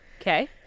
Okay